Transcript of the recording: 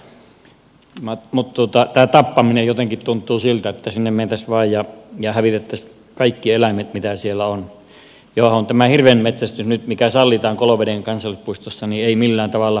näinhän se on mutta tämä tappaminen jotenkin tuntuu siltä että sinne mentäisiin vaan ja hävitettäisiin kaikki eläimet mitä siellä on ja johon tämä hirvenmetsästys mikä nyt sallitaan koloveden kansallispuistossa ei millään tavalla liity